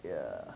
yeah